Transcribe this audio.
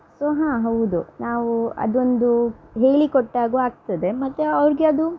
so ಹಾಂ ಹೌದು ನಾವು ಅದೊಂದು ಹೇಳಿ ಕೊಟ್ಟಾಗು ಆಗ್ತದೆ ಮತ್ತು ಅವ್ರಿಗೆ ಅದು